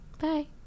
Bye